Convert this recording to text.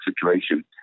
situation